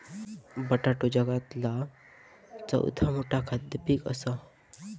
बटाटो जगातला चौथा मोठा खाद्य पीक असा